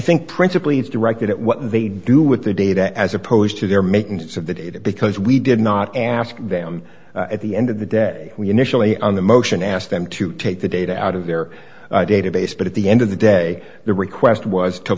think principally is directed at what they do with their data as opposed to their making use of the data because we did not ask them at the end of the day we initially on the motion asked them to take the data out of their database but at the end of the day the request was to